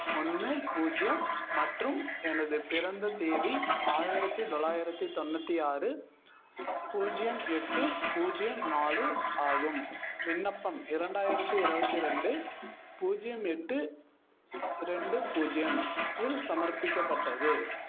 ஒன்று பூஜ்ஜியம் மற்றும் எனது பிறந்த தேதி ஆயிரத்தி தொள்ளாயிரத்தி தொண்ணூற்றி ஆறு பூஜ்ஜியம் எட்டு பூஜ்ஜியம் நாலு ஆகும் விண்ணப்பம் இரண்டாயிரத்தி இருபத்தி ரெண்டு பூஜ்ஜியம் எட்டு ரெண்டு பூஜ்ஜியம் இல் சமர்ப்பிக்கப்பட்டது